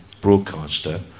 broadcaster